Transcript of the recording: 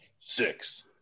six